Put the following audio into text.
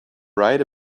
right